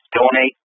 donate